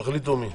תחליטו מי.